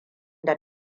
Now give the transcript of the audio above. da